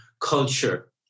culture